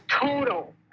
Total